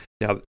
Now